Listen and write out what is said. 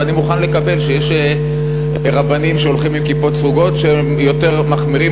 ואני מוכן לקבל שיש רבנים שהולכים עם כיפות סרוגות שהם יותר מחמירים